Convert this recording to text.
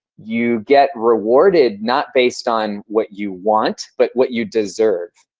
you get rewarded not based on what you want, but what you deserve.